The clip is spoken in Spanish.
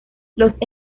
los